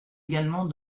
également